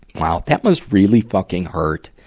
wow. that must really fucking hurt.